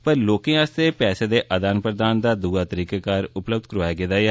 पर लोकें आस्तै पैसे दे आदान प्रदान दा दूया तरीकेकार उपलब्ध करौआया गेदा ऐ